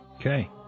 Okay